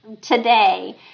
today